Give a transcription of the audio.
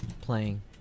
playing